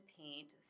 paint